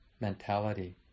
mentality